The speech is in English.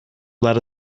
let